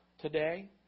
today